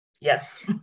Yes